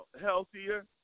healthier